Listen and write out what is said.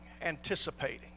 anticipating